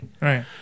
Right